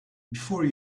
before